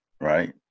right